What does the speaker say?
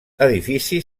edifici